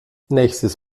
nächstes